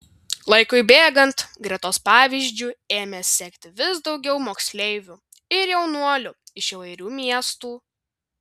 laikui bėgant gretos pavyzdžiu ėmė sekti vis daugiau moksleivių ir jaunuolių iš įvairių miestų